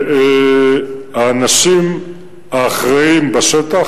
האנשים האחראים בשטח,